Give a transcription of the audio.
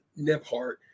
Nephart